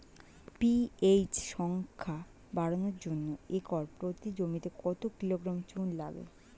PH সংখ্যা বাড়ানোর জন্য একর প্রতি জমিতে কত কিলোগ্রাম চুন লাগে?